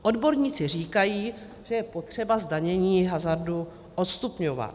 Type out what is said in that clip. Odborníci říkají, že je potřeba zdanění hazardu odstupňovat.